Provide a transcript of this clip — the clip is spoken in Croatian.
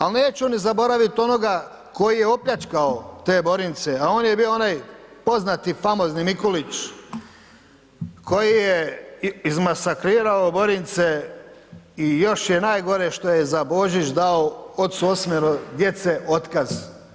Ali neće oni zaboraviti onoga koji je opljačkao te Borince a on je bio onaj poznati famozni Mikulić koji je izmasakrirao Borince i još je najgore što je za Božić dao ocu osmero djece otkaz.